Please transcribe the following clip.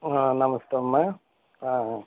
నమస్తే అమ్మ